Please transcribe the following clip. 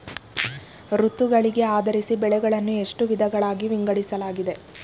ಋತುಗಳಿಗೆ ಆಧರಿಸಿ ಬೆಳೆಗಳನ್ನು ಎಷ್ಟು ವಿಧಗಳಾಗಿ ವಿಂಗಡಿಸಲಾಗಿದೆ?